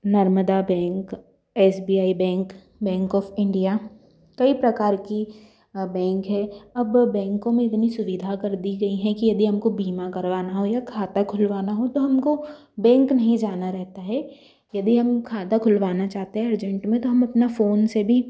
Narmada bank S B I bank bank of India कई प्रकार के बैंक हैं अब बैंको में इतनी सुविधा कर दी गई है कि यदि हम को बीमा करवाना हो या खाता खुलवाना हो तो हम को बेंक नहीं जाना रहता है यदि हम खाता खुलवाना चाहते हैं अर्जेंट में तो हम अपना फ़ोन से भी